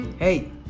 Hey